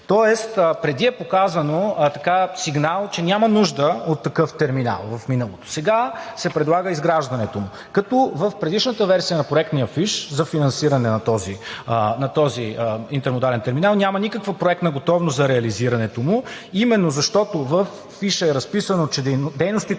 тоест преди е показан сигнал, че няма нужда от такъв терминал в миналото. Сега се предлага изграждането му, като в предишната версия на проектния фиш за финансиране на този интермодален терминал няма никаква проектна готовност за реализирането му именно защото във фиша е разписано, че дейностите